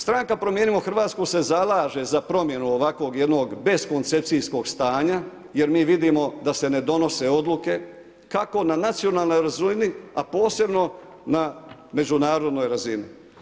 Stranka Promijenimo Hrvatsku se zalaže za promjenu ovakvog jednog beskoncepcijskog stanja jer mi vidimo da se ne donose odluke kako na nacionalnoj razini a posebno na međunarodnoj razini.